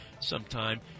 sometime